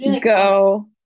go